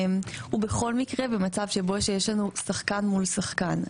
הוא במצב שיש לנו שחקן מול שחקן.